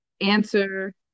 Answer